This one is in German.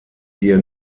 ihr